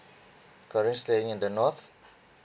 currently staying in the north